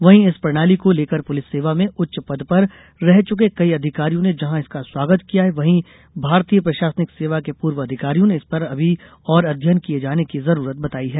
वहीं इस प्रणाली को लेकर पुलिस सेवा में उच्च पद पर रह चुके कई अधिकारियों ने जहां इसका स्वागत किया है वहीं भारतीय प्रशासनिक सेवा के पूर्व अधिकारियों ने इस पर अभी और अध्ययन किये जाने की जरूरत बताई है